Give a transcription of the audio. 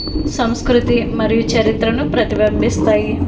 సంస్కృతి మరియు చరిత్రను ప్రతిబంభిస్తాయి